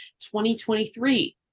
2023